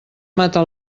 mata